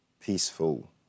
peaceful